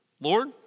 Lord